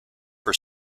for